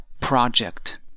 project